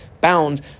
bound